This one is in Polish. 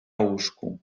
łóżku